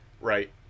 Right